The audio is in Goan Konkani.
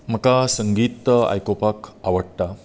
म्हाका संगीत आयकूपाक आवडटा